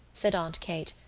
said aunt kate,